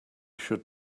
should